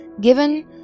given